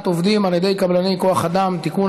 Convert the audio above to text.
עובדים על ידי קבלני כוח אדם (תיקון,